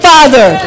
Father